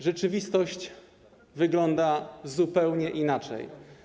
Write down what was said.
Rzeczywistość wygląda zupełnie inaczej.